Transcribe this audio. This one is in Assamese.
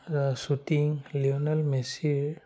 শ্বুটিং লিঅ'নেল মেছিৰ